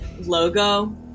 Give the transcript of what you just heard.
logo